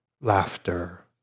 laughter